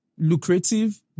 lucrative